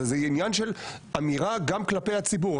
זה עניין של אמירה גם כלפי הציבור.